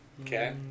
Okay